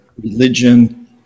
religion